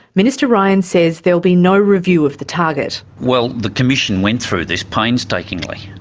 minister ryan says there'll be no review of the target. well, the commission went through this painstakingly.